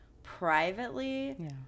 privately